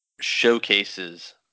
showcases